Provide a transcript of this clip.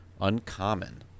uncommon